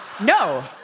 No